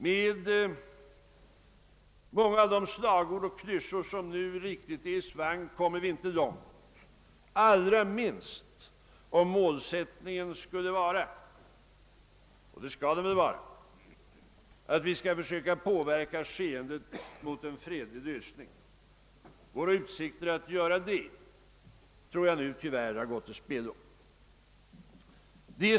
Med de många slagord och klyschor som nu är i svang kommer vi inte långt, allra minst om målsättningen är — och det skall den väl vara — att försöka påverka skeendet mot en fredlig lösning. Våra utsikter att göra det tror jag tyvärr nu har gått till spillo.